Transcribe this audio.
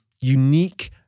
unique